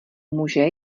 muže